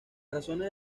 razones